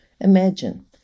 Imagine